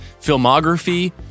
filmography